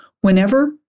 whenever